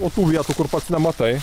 o tų vietų kur pats nematai